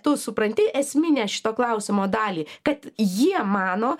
tu supranti esminę šito klausimo dalį kad jie mano